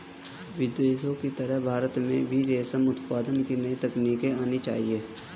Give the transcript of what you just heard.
विदेशों की तरह भारत में भी रेशम उत्पादन की नई तकनीक आनी चाहिए